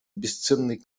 бесценный